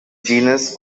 genus